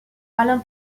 alain